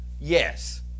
Yes